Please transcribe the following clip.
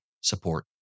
support